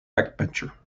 backbencher